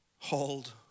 hold